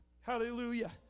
Hallelujah